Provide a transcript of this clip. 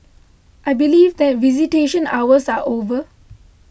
I believe that visitation hours are over